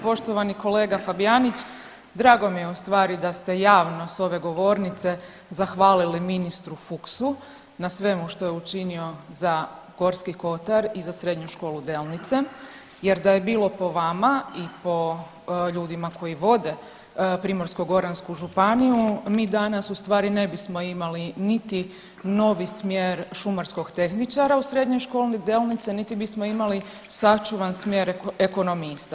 Poštovani kolega Fabijanić, drago mi je u stvari da ste javno s ove govornice zahvalili ministru Fuchsu na svemu što je učinio za Gorski kotar i za Srednju školu Delnice jer da je bilo po vama i po ljudima koji vode Primorsko-goransku županiju mi danas u stvari ne bismo imali niti novi smjer šumarskog tehničara u Srednjoj školi Delnice, niti bismo imali sačuvan smjer ekonomista.